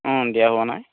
অ' দিয়া হোৱা নাই